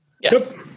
Yes